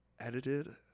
edited